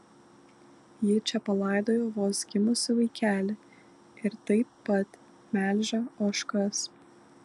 ji čia palaidojo vos gimusį vaikelį ir taip pat melžia ožkas